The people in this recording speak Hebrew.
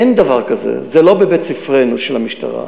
אין דבר כזה, זה לא בבית ספרנו, של המשטרה.